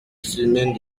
semaine